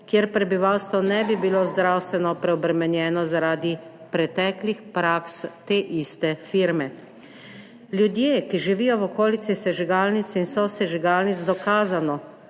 kjer prebivalstvo ne bi bilo zdravstveno preobremenjeno zaradi preteklih praks te iste firme. »Ljudje, ki živijo v okolici sežigalnic in sosežigalnic, dokazano